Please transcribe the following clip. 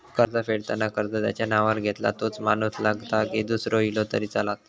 कर्ज फेडताना कर्ज ज्याच्या नावावर घेतला तोच माणूस लागता की दूसरो इलो तरी चलात?